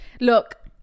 look